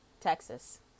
Texas